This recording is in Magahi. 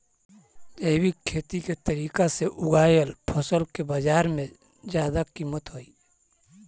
जैविक खेती के तरीका से उगाएल फसल के बाजार में जादा कीमत हई